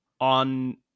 on